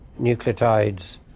nucleotides